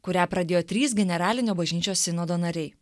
kurią pradėjo trys generalinio bažnyčios sinodo nariai